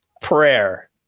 prayer